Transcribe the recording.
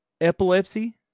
epilepsy